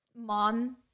mom